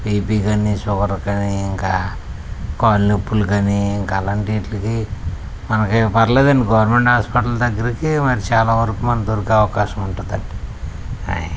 BP కానీ sugar కానీ ఇంకా కాళ్ళు నొప్పులు కానీ ఇంకా అలాంటి వీటికి మనకి పరవలేదు అండి గవర్నమెంట్ హాస్పిటల్ దగ్గరకి మరి చాలా వరకు దొరికే అవకాశం ఉంటుంది అండి ఆయ్